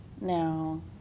Now